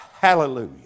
hallelujah